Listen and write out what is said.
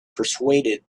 persuaded